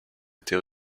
était